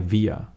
Via